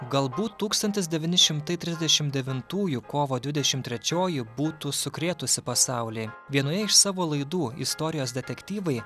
galbūt tūkstantis devyni šimtai trisdešimt devintųjų kovo dvidešimt trečioji būtų sukrėtusi pasaulį vienoje iš savo laidų istorijos detektyvai